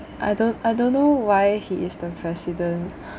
I don't I don't know why he is the president